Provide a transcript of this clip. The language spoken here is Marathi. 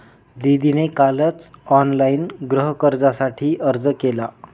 दीदीने कालच ऑनलाइन गृहकर्जासाठी अर्ज केला